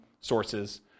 sources